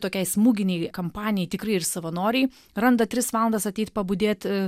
tokiai smūginei kampanijai tikrai ir savanoriai randa tris valandas ateit pabudėt